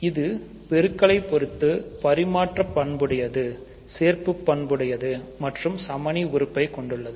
இது பெருக்கலை பொறுத்து பரிமாற்று பண்புடையது சேர்ப்பு பண்புடையது மற்றும் சமணி உறுப்பை கொண்டுள்ளது